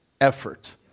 effort